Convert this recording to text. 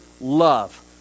love